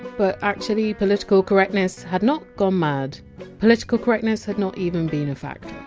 but actually, political correctness had not gone mad political correctness had not even been a factor.